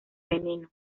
veneno